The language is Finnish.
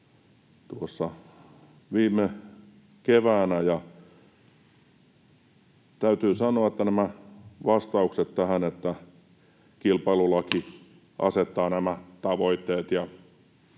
tuossa viime keväänä, ja täytyy sanoa, että nämä vastaukset tähän, että kilpailulaki asettaa nämä tavoitteet